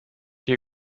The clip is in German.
hier